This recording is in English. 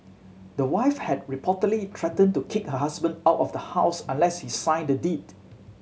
the wife had reportedly threatened to kick her husband out of the house unless he signed the deed